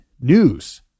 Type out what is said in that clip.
news